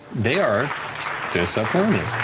they are disappointing.